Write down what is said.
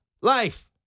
life